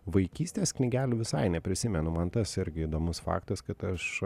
vaikystės knygelių visai neprisimenu man tas irgi įdomus faktas kad aš